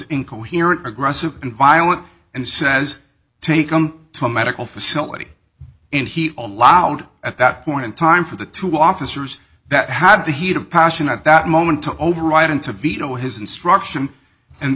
incoherent aggressive and violent and says take him to a medical facility and he allowed at that point in time for the two officers that had the heat of passion at that moment to override and to veto his instruction and